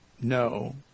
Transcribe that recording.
no